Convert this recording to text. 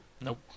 Nope